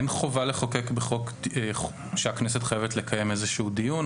אין חובה לחוקק בחוק שהכנסת חייבת לקיים איזשהו דיון.